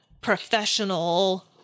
professional